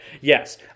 Yes